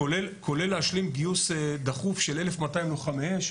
כולל להשלים גיוס דחוף של 1,200 לוחמי אש.